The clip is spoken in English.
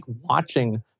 watching